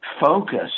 Focus